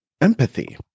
Empathy